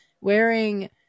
wearing